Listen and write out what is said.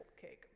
cake